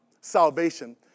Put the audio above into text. salvation